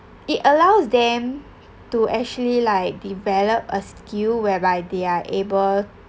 it allows them to actually like develop a skill whereby they are able